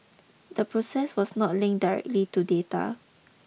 the process was not linked directly to data